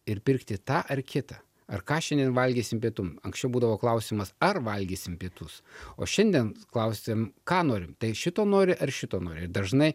ir pirkti tą ar kitą ar ką šiandien valgysim pietum anksčiau būdavo klausimas ar valgysim pietus o šiandien klausiam ką norim tai šito nori ar šito nori dažnai